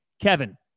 Kevin